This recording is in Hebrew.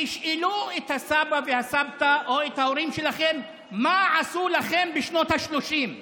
תשאלו את הסבא והסבתא או את ההורים שלכם מה עשו לכם בשנות השלושים.